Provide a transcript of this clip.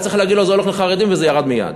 היה צריך להגיד לו: זה הולך לחרדים, וזה ירד מייד.